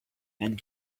and